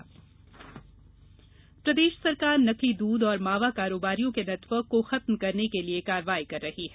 नकली दूध प्रदेश सरकार नकली दूध और मावा कारोबारियों के नेटवर्क को खत्म करने के लिये कार्यवाई कर रही है